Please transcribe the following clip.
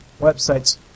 websites